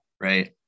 right